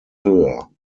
höher